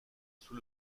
sous